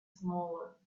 smaller